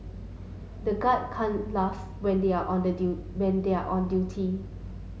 the guards can't laugh when they are on the when they are on duty